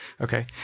Okay